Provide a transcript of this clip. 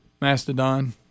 Mastodon